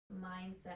mindset